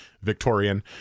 Victorian